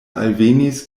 alvenis